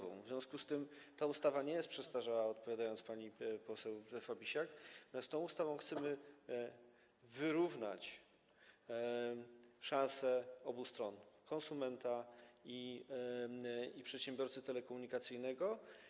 W związku z tym ta ustawa nie jest przestarzała - to odpowiedź na pytanie pani poseł Fabisiak - natomiast tą ustawą chcemy wyrównać szanse obu stron: konsumenta i przedsiębiorcy telekomunikacyjnego.